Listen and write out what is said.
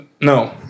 no